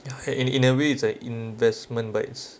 ya in in a way it's like investment bides